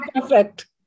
Perfect